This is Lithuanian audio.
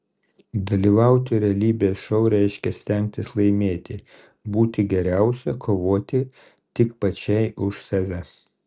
dalyvauti realybės šou reiškia stengtis laimėti būti geriausia kovoti tik pačiai už save